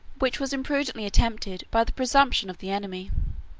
which was imprudently attempted by the presumption of the enemy.